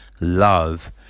love